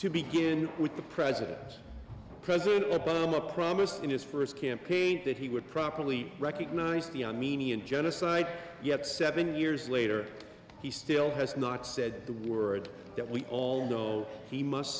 to begin with the president president obama promised in his first campaign that he would properly recognize the armenian genocide yet seven years later he still has not said the word that we all know he must